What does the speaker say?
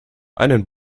einen